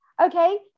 Okay